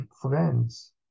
friends